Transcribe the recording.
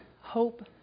hope